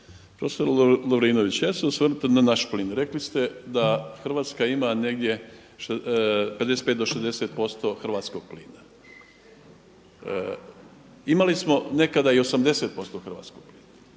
Profesore Lovrinović, ja ću se osvrnuti na naš plin. Rekli ste da Hrvatska ima negdje 55 do 60% hrvatskog plina, imali smo nekada i 80% hrvatskog plina.